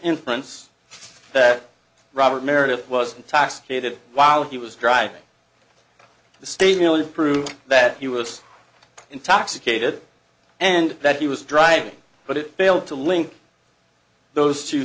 inference that robert meredith was intoxicated while he was driving the state merely prove that he was intoxicated and that he was driving but it failed to link those two